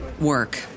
work